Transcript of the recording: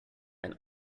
ein